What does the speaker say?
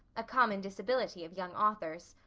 a common disability of young authors.